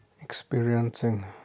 experiencing